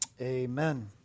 Amen